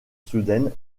soudaine